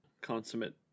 consummate